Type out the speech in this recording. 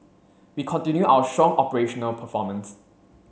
we continue our strong operational performance